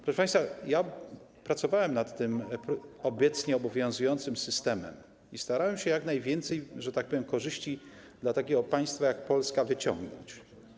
Proszę państwa, ja pracowałem nad tym obecnie obowiązującym systemem i starałem się jak najwięcej, że tak powiem, korzyści dla takiego państwa jak Polska wyciągnąć.